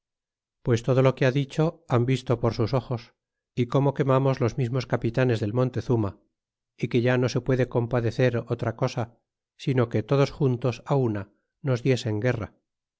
pues todo o que ha dicho han visto por sus ojos y como quemamos los mismos capitanes del montezuma y que ya no se puede compadecer otra cosa sino que todos juntos á una nos diesen guerra